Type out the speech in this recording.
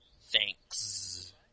Thanks